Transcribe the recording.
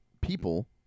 people